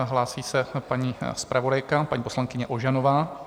Hlásí se paní zpravodajka, paní poslankyně Ožanová.